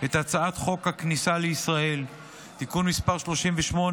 את הצעת חוק הכניסה לישראל (תיקון מס' 38),